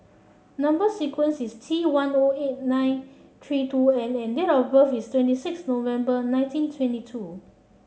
number sequence is T one O eight nine three two N and date of birth is twenty six November nineteen twenty two